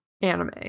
anime